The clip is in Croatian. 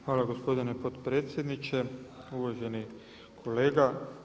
Hvala gospodine potpredsjedniče, uvaženi kolega.